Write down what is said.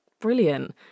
brilliant